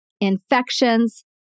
infections